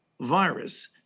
virus